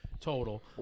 total